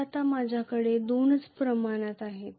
तर आता माझ्याकडे दोनच प्रमाणात आहेत